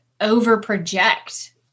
over-project